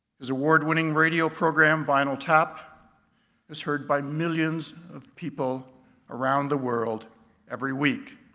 his award wining radio program vinyl tap is heard by millions of people around the world every week